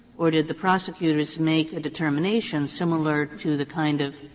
or did the prosecutors make a determination similar to the kind of